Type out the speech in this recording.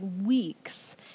weeks